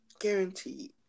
guaranteed